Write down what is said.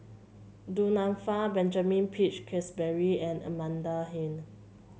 Du Nanfa Benjamin Peach Keasberry and Amanda Heng